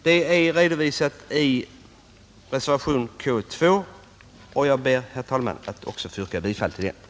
Detta redovisas i reservationen 2 vid K i utskottets hemställan. Jag ber, herr talman, att också få yrka bifall till den reservationen.